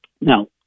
Now